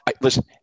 listen –